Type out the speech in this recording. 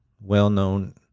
well-known